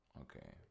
Okay